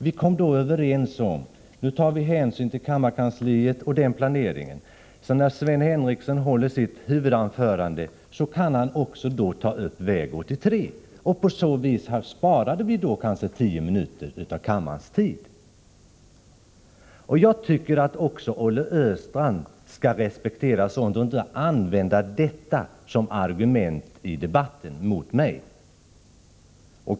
Vi kom då i vår riksdagsgrupp överens om att vi skulle ta hänsyn till kammarkansliet och dess planering och att Sven Henricsson när han höll sitt huvudanförande därför också skulle ta upp väg 83. På så sätt sparade vi kanske 10 minuter av kammarens tid. Jag tycker att också Olle Östrand skall respektera sådant och inte använda det som argument mot mig i debatten.